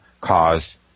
cause